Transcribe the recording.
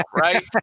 right